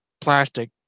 plastic